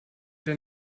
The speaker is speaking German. der